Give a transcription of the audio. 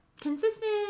consistent